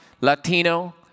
Latino